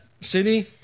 city